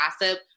gossip